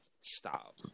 Stop